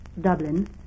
Dublin